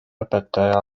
õpetaja